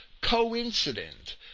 coincident